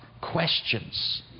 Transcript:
questions